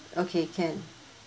okay can